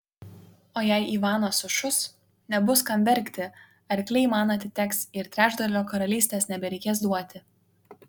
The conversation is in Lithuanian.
o jei ivanas sušus nebus kam verkti arkliai man atiteks ir trečdalio karalystės nebereikės duoti